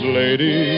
lady